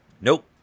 Nope